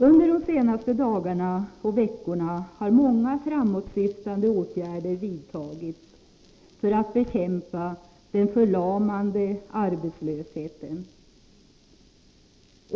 Under de senaste dagarna och veckorna har många framåtsyftande åtgärder vidtagits för att bekämpa den förlamande arbetslösheten.